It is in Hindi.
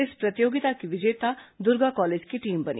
इस प्रतियोगिता की विजेता दुर्गा कॉलेज की टीम बनी